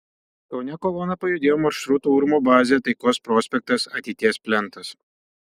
kaune kolona pajudėjo maršrutu urmo bazė taikos prospektas ateities plentas